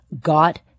got